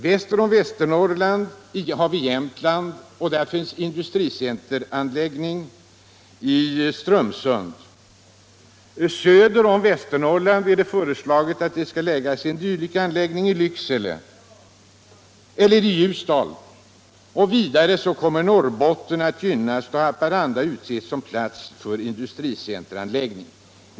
Väster om Västernorrland ligger Jämtland, där det finns en industricenteranläggning i Strömsund. Söder om Västernorrland har föreslagits att en dylik anläggning skall placeras i Ljusdal, och vidare kommer Norrbotten att gynnas, då Haparanda utsetts som plats för en industricenteranläggning.